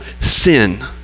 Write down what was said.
sin